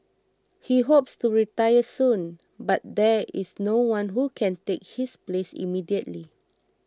he hopes to retire soon but there is no one who can take his place immediately